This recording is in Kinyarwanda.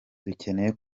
dukeneye